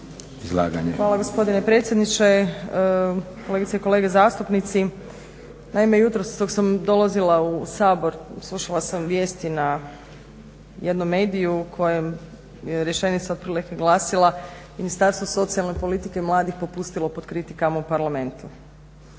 Hvala gospodine predsjedniče. Kolegice i kolege zastupnici. Naime jutros dok sam dolazila u Sabor slušala sam vijesti na jednom mediju na kojem je rečenica otprilike glasila Ministarstvo socijalne politike i mladih popustilo pod kritikama u Parlamentu.